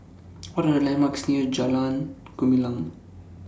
What Are The landmarks near Jalan Gumilang